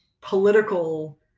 political